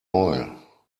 oil